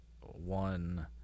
one